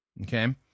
Okay